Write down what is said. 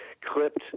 clipped